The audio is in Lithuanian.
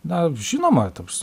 na žinoma toks